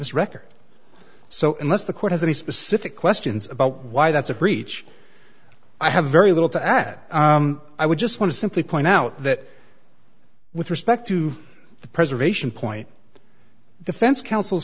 this record so unless the court has any specific questions about why that's a breach i have very little to add i would just want to simply point out that with respect to the preservation point defense counsel